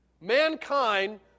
Mankind